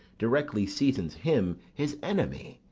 directly seasons him his enemy.